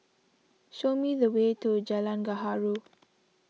show me the way to Jalan Gaharu